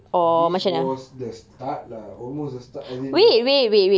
this was the start lah almost the start I think ya